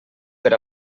per